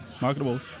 Marketable